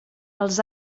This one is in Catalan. els